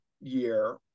year